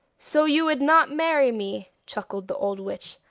so you would not marry me chuckled the old witch.